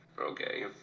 Okay